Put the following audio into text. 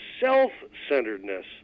self-centeredness